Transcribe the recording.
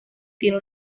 tiene